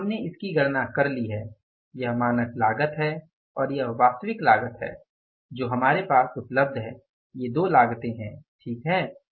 इसलिए हमने इसकी गणना कर ली है यह मानक लागत है और यह वास्तविक लागत है जो हमारे पास उपलब्ध है ये दो लागतें सही हैं